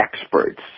experts